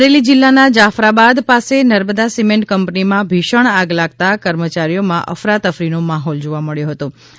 અમરેલી જિલ્લાના જાફરાબાદ પાસે નર્મદા સિમેન્ટ કંપનીમાં ભીષણ આગ લાગતા કર્મચારીઓમાં અફરાતફરીનો માહોલ જોવા મળ્યો હંતો